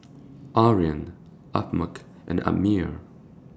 Aryan Ahad and Ammir